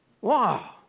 Wow